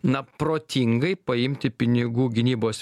na protingai paimti pinigų gynybos